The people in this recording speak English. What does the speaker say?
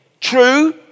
True